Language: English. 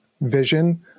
vision